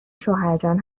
شوهرجان